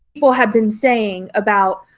people have been saying about,